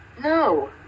No